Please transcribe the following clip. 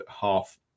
half